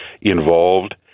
involved